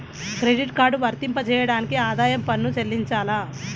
Credit card వర్తింపజేయడానికి ఆదాయపు పన్ను చెల్లించాలా?